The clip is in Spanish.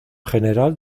general